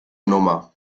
nummer